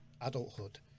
adulthood